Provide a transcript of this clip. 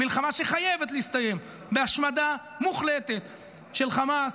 מלחמה שחייבת להסתיים בהשמדה מוחלטת של חמאס,